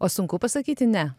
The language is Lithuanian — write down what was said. o sunku pasakyti ne